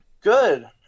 Good